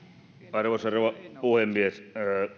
arvoisa rouva puhemies